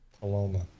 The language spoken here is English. Paloma